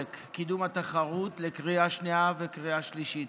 (קידום התחרות) לקריאה שנייה וקריאה שלישית.